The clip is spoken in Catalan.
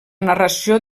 narració